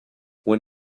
when